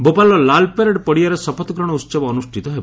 ଭୋପାଳର Lal parade ପଡ଼ିଆରେ ଶପଥ ଗ୍ରହଣ ଉତ୍ସବ ଅନୁଷ୍ଠିତ ହେବ